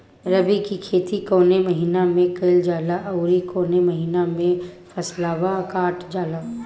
रबी की खेती कौने महिने में कइल जाला अउर कौन् महीना में फसलवा कटल जाला?